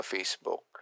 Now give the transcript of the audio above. Facebook